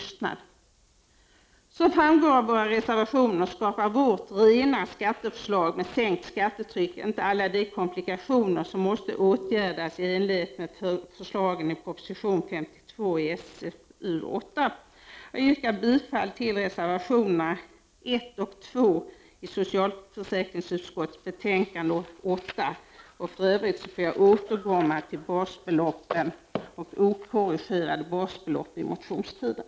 Som framgår av våra reservationer skapar vårt rena skatteförslag med sänkt skattetryck inte alla de komplikationer som måste åtgärdas i enlighet med förslagen i proposition 52 och i SfU8. Jag yrkar bifall till reservationerna 1 och 2 i SfU:s betänkande 8. I övrigt får jag återkomma till basbeloppen och okorrigerade basbelopp under motionstiden.